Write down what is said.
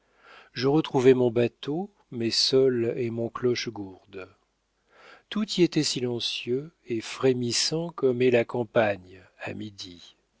je retrouvai mon bateau mes saules et mon clochegourde tout y était silencieux et frémissant comme est la campagne à midi